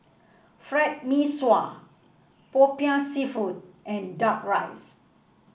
Fried Mee Sua popiah seafood and duck rice